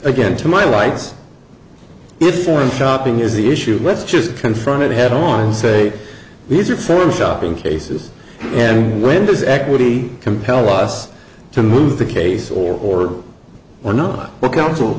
gain to my lights it's foreign stopping is the issue let's just confront it head on and say these are for stopping cases and when does equity compel us to move the case or we're not the counsel